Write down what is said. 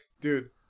Dude